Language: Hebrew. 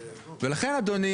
מן הסתם,